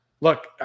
look